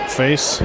face